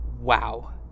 Wow